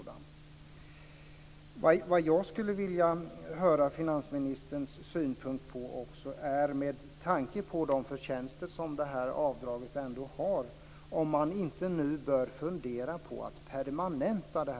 Vad jag också skulle vilja höra finansministerns synpunkt på, med tanke på de förtjänster som detta avdrag ändå har, är om man inte nu bör fundera på att permanenta systemet.